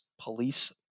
Police